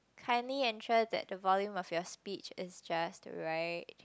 kindly ensure that the volume of your speech is just right